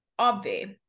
obvi